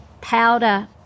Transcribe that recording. powder